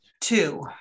two